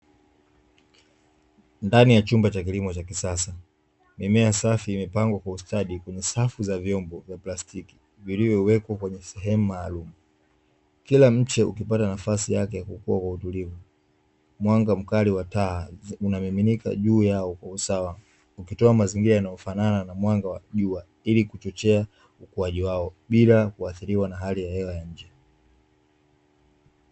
Ndani ya chumba cha kilimo cha kisasa mimea safi imepangwa kwa ustadi kwenye safu za vyombo vya plastiki vilivyowekwa kwenye sehemu maalumu, kila mche ukipata nafasi yake ya kukua kwa utulivu, mwanga mkali wa taa unamiminika juu yao kwa usawa ukitoa mazingira yanayofanana na mwanga wa jua ili kuchochea ukuaji wao bila kuathiriwa na hali ya hewa ya nje.